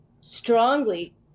strongly